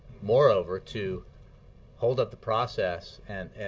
moreover, to hold up the process and